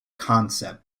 concept